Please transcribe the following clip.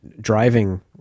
driving